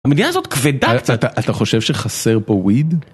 המדינה הזאת כבדה קצת. אתה חושב שחסר פה וויד?